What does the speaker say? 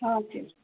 हजुर